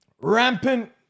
rampant